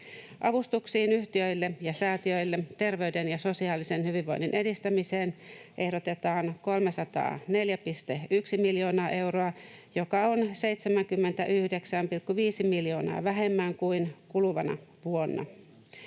Avustuksiin yhtiöille ja säätiöille terveyden ja sosiaalisen hyvinvoinnin edistämiseen ehdotetaan 304,1 miljoonaa euroa, joka on 79,5 miljoonaa vähemmän kuin kuluvana vuonna.